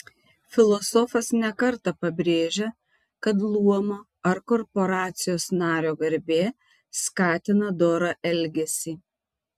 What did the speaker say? filosofas ne kartą pabrėžia kad luomo ar korporacijos nario garbė skatina dorą elgesį